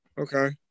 Okay